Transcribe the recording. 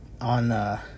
on